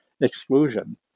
exclusion